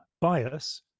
bias